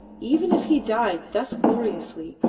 even if he died thus gloriously,